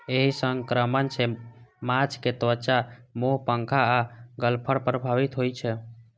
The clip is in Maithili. एहि संक्रमण सं माछक त्वचा, मुंह, पंख आ गलफड़ प्रभावित होइ छै